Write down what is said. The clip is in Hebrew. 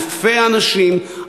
אלפי אנשים,